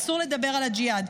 אסור לדבר על הג'יהאד,